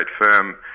firm